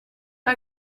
pas